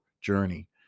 journey